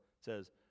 says